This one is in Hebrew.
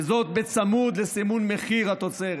וזאת בצמוד לסימון מחיר התוצרת.